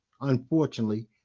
unfortunately